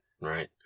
right